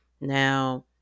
Now